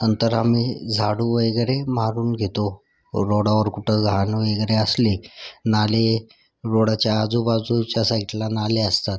नंतर आम्ही झाडू वगैरे मारून घेतो रोडवर कुठं घाण वगैरे असली नाले रोडच्या आजूबाजूच्या साईडला नाले असतात